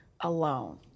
Alone